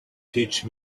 teach